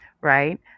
right